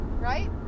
right